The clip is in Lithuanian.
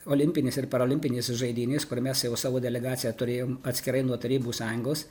olimpinės ir parolimpinės žaidynės kur mes jau savo delegaciją turėjom atskirai nuo tarybų sąjungos